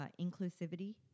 inclusivity